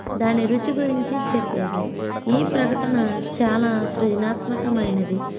దాని రుచి గురించి చెప్పేది ఈ ప్రకటన చాలా సృజనాత్మకమైనది ఎందుకంటే